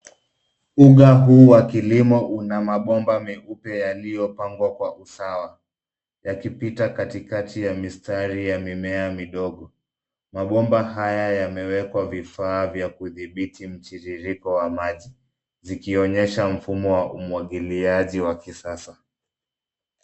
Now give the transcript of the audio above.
Unga huu wa kilimo una mabomba meupe yaliyopangwa kwa usawa, yakipita katikati ya mistari ya mimea midogo. Mabomba haya yamewekwa vifaa vya kudhibiti mtiririko wa maji, zikionyesha mfumo wa umwagiliaji wa kisasa.